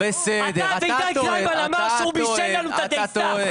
אתה ועידן קלימן שבישל לנו את הדייסה.